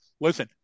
Listen